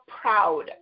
proud